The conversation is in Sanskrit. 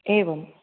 एवम्